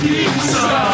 Pizza